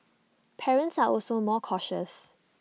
parents are also more cautious